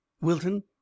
Wilton